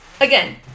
again